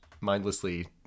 mindlessly